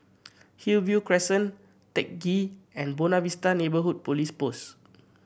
Hillview Crescent Teck Ghee and Buona Vista Neighbourhood Police Post